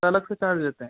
उसका अलग से चार्ज लेते हैं